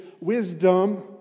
wisdom